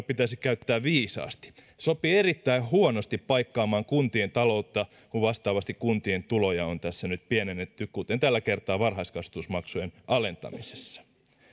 pitäisi käyttää viisaasti se sopii erittäin huonosti paikkaamaan kuntien taloutta kun vastaavasti kuntien tuloja on tässä nyt pienennetty kuten tällä kertaa varhaiskasvatusmaksujen alentamisessa